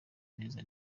neza